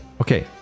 okay